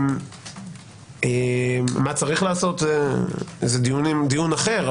מה שצריך לעשות זה דיון אחר,